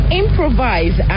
improvise